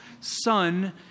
son